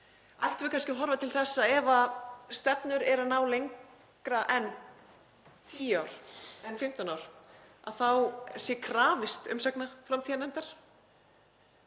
Ættum við kannski að horfa til þess að ef stefnur ná lengra en tíu ár, 15 ár þá sé krafist umsagna framtíðarnefndar